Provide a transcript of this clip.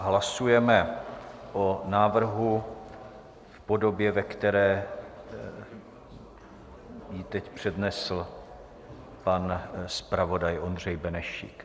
Hlasujeme o návrhu v podobě, ve které ho teď přednesl pan zpravodaj Ondřej Benešík.